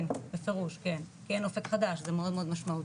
כן בפירוש כן, כי אין אופק חדש, זה מאוד משמעותי,